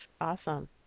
awesome